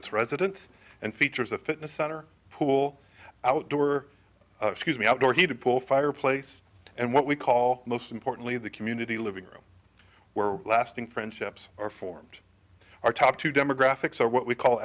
its residents and features a fitness center pool outdoor excuse me outdoor heated pool fireplace and what we call most importantly the community living room where lasting friendships are formed are top two demographics are what we call